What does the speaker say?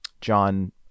John